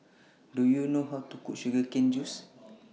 Do YOU know How to Cook Sugar Cane Juice